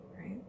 right